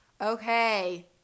Okay